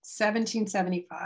1775